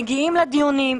מגיעים לדיונים,